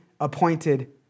appointed